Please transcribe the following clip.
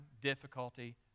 difficulty